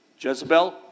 Jezebel